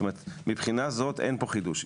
זאת אומרת מבחינה זאת אין פה חידוש.